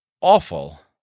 awful